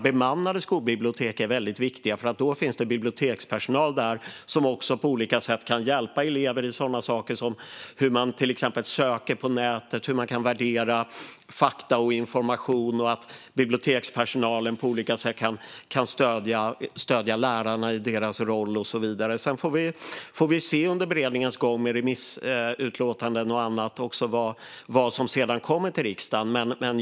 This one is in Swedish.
Bemannade skolbibliotek är viktiga eftersom det finns bibliotekspersonal som på olika sätt kan hjälpa elever att söka på nätet, att värdera fakta och information, stödja lärare i deras roll och så vidare. Sedan får vi under beredningens gång se remissutlåtanden och se vad som sedan kommer till riksdagen.